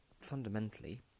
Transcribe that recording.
fundamentally